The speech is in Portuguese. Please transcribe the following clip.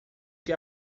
que